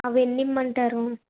అవి ఎన్ని ఇమ్మంటారు